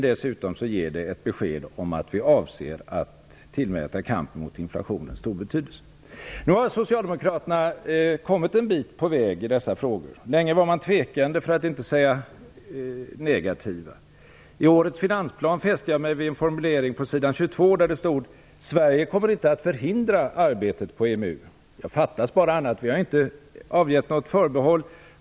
Dessutom ger det ett besked om att vi avser att tillmäta kampen mot inflationen stor betydelse. Socialdemokraterna har kommit en bit på vägen i dessa frågor. Länge var man tvekande, för att inte säga negativ. I årets finansplan fäste jag mig vid en formulering på s. 22 där det stod: Sverige kommer inte att förhindra arbetet på EMU. Fattas bara annat! Vi har inte avgett något förbehåll.